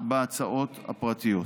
בהצעות הפרטיות.